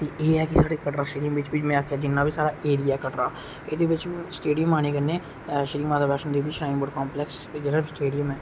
एह् है कि साढ़े कटरा स्टेडियम च जिन्ना बी साढ़ा ऐरिया ऐ कटरा एहदे बिच बी मतलब स्टेडियम आने कन्नै श्रीमाता बैष्णो देबी कांपलेक्स स्टेडियम ऐ